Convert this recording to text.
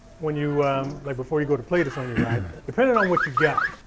when you like before you go to play this on your ride. depending on what you got,